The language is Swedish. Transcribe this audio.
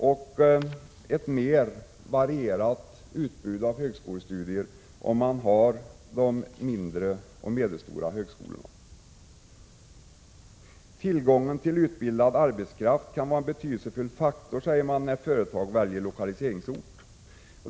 Man får ett mera varierat utbud av högskolestudier om mindre och medelstora högskolor finns att tillgå. Tillgång till utbildad arbetskraft kan vara en betydelsefull faktor när företag väljer lokaliseringsort, säger man vidare.